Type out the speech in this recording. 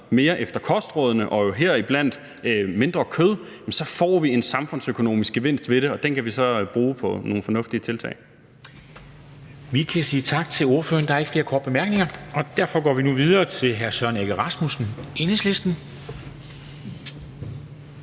mere efter kostrådene og heriblandt mindre kød, får vi en samfundsøkonomisk gevinst ved det, og den kan vi så bruge på nogle fornuftige tiltag. Kl. 11:18 Formanden (Henrik Dam Kristensen): Vi kan sige tak til ordføreren. Der er ikke flere korte bemærkninger, og derfor går vi nu videre til hr. Søren Egge Rasmussen, Enhedslisten.